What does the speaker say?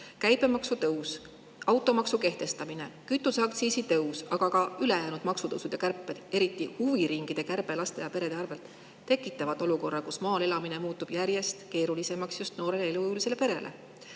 Käibemaksu tõus, automaksu kehtestamine, kütuseaktsiisi tõus, aga ka ülejäänud maksutõusud ja kärped, eriti huviringide kärbe laste ja perede arvelt, tekitavad olukorra, kus maal elamine muutub järjest keerulisemaks just noorele elujõulisele perele.